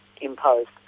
imposed